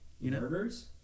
Murders